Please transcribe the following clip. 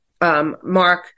Mark